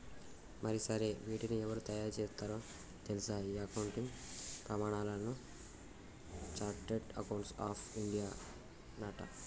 మరి సరే వీటిని ఎవరు తయారు సేత్తారో తెల్సా ఈ అకౌంటింగ్ ప్రమానాలను చార్టెడ్ అకౌంట్స్ ఆఫ్ ఇండియానట